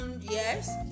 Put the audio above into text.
Yes